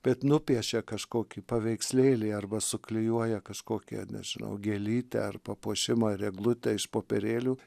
bet nupiešia kažkokį paveikslėlį arba suklijuoja kažkokią nežinau gėlytę ar papuošimą ar eglutę iš popierėlių